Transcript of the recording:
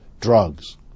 drugs